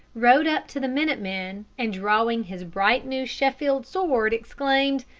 rode up to the minute-men, and, drawing his bright new sheffield sword, exclaimed,